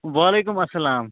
وعلیکُم السلام